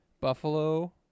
buffalo